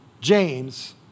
James